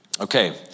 Okay